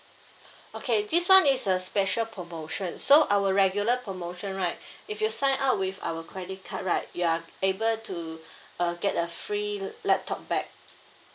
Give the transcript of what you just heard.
okay this [one] is a special promotion so our regular promotion right if you sign up with our credit card right you are able to uh get a free laptop bag